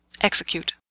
Execute